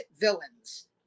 villains